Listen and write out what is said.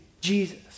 Jesus